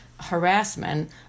harassment